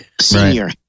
senior